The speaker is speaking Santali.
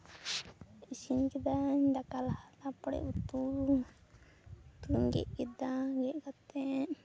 ᱤᱥᱤᱱ ᱠᱤᱫᱟᱹᱧ ᱫᱟᱠᱟ ᱞᱟᱦᱟ ᱛᱟᱯᱚᱨᱮ ᱩᱛᱩᱧ ᱜᱮᱫ ᱠᱮᱫᱟ ᱜᱮᱫ ᱠᱟᱛᱮ